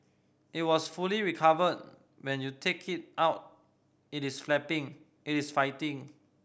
it has fully recovered when you take it out it is flapping it is fighting